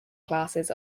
classes